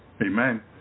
Amen